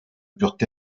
purent